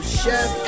chef